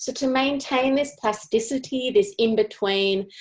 to to maintain this place tisty, this in between,